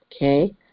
okay